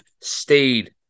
stayed